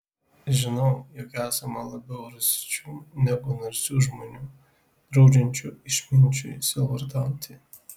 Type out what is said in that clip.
žinau jog esama labiau rūsčių negu narsių žmonių draudžiančių išminčiui sielvartauti